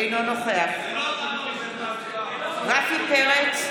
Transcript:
אינו נוכח רפי פרץ,